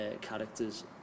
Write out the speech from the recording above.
characters